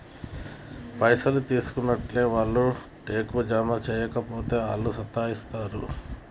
పైసలు తీసుకున్నట్లే మళ్ల టైంకు జమ జేయక పోతే ఆళ్లు సతాయిస్తరు